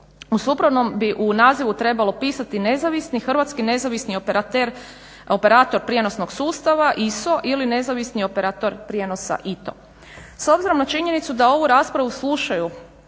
U suprotnom bi u nazivu trebalo pisati nezavisni hrvatski nezavisni operator prijenosnog sustava ISO ili nezavisni operator prijenosa ITO. S obzirom na činjenicu da ovu raspravu slušaju,